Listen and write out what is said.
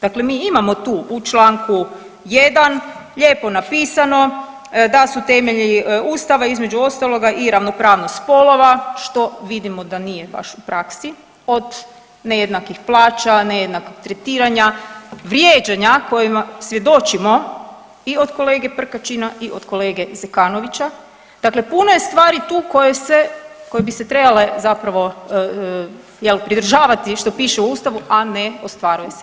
Dakle, mi imamo tu u Članku 1. lijepo napisati da su temelji Ustava između ostaloga i ravnopravnost spolova što vidimo da nije baš u praksi od nejednakih plaća, nejednakog tretiranja, vrijeđanja kojima svjedočimo i od kolege Prkačina i od kolege Zekanovića, dakle puno je stvari tu koje se, koje bi se trebale zapravo jel pridržavati što pište u Ustavu, a ne ostvaruju se.